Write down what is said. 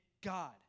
God